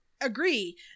agree